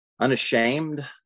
Unashamed